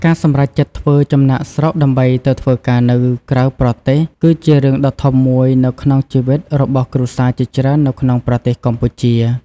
ការសម្រេចចិត្តធ្វើចំណាកស្រុកដើម្បីទៅធ្វើការនៅក្រៅប្រទេស គឺជារឿងដ៏ធំមួយនៅក្នុងជីវិតរបស់គ្រួសារជាច្រើននៅក្នុងប្រទេសកម្ពុជា។